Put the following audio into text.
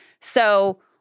So-